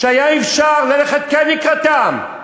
שכן היה אפשר ללכת לקראתם.